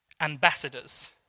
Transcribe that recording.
ambassadors